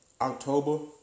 October